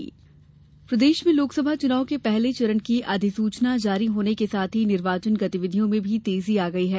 मतदाता जागरुकता प्रदेश में लोकसभा चुनाव के पहले चरण की अधिसूचना जारी होने के साथ ही निर्वाचन गतिविधियों में भी तेजी आ गई है